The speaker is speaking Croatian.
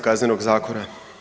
Kaznenog zakona.